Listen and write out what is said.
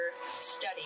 study